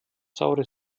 saure